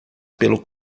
pelo